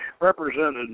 represented